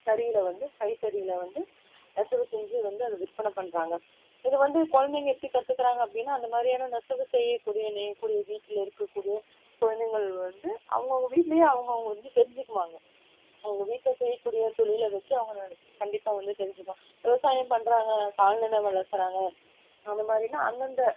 தறியில் வந்து கைத்தறியில் வந்து நெசவு செஞ்சு வந்து அதை விற்பனை பண்ணுறாங்க இது வந்து குழந்தைங்க எப்படி கற்றுக்குறாங்க அப்படினா அந்தமாதிரியான நெசவு செய்யக்கூடிய நெய்யக்கூடிய வீட்டில் இருக்கக்கூடிய குழந்தைகள் வந்து அவங்கவுங்க வீட்டில் அவங்கவுங்க வந்து தெரிஞ்சுக்குவாங்க அவங்க வீட்டில் செய்யக்கூடிய தொழிலை வச்சு அவங்க அதை கண்டிப்பாக வந்து தெரிஞ்சுக்குவாங்க விவசாயம் பண்ணுறாங்க கால்நடை வளர்தறாங்க அதைமாரினா அந்தந்த